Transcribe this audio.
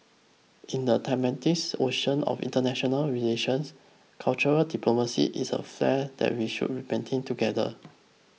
in the tumultuous ocean of international relations cultural diplomacy is a flare that we should read maintain together